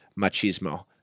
machismo